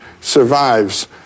survives